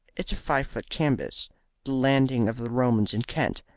it's a five-foot canvas the landing of the romans in kent.